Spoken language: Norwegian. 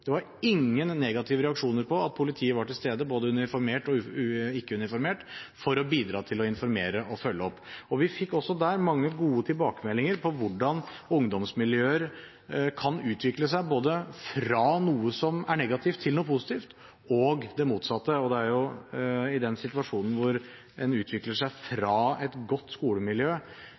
Det var ingen negative reaksjoner på at politiet var til stede, både uniformert og ikke uniformert, for å bidra til å informere og følge opp. Vi fikk også der mange gode tilbakemeldinger om hvordan ungdomsmiljøer kan utvikle seg, både fra noe som er negativt, til noe som er positivt, og det motsatte. Det er jo i den situasjonen det utvikler seg fra et godt skolemiljø